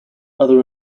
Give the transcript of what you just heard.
other